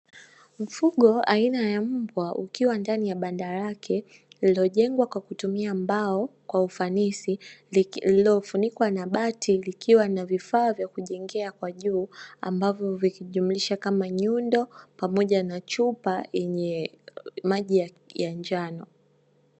Mfugo aina ya mbwa ukiwa ndani ya banda lake lililojengwa kwa kutumia mbao kwa ufanisi lililofunikwa na bati ikiwa na vifaa vya kujengea kwa juu, ambapo ikijuisha kama nyundo pamoja na chupa yenye maji ya njano.